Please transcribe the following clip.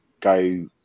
go